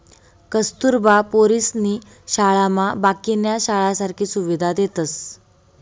कस्तुरबा पोरीसनी शाळामा बाकीन्या शाळासारखी सुविधा देतस